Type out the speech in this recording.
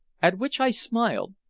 at which i smiled,